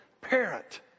parent